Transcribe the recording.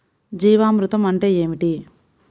జీవామృతం అంటే ఏమిటి?